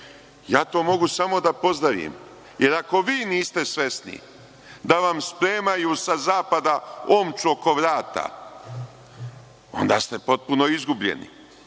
to mogu samo da pozdravim, jer ako vi niste svesni da vam spremaju sa zapada omču oko vrata, onda ste potpuno izgubljeni.